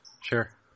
Sure